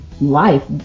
life